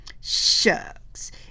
Shucks